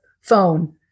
phone